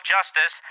Justice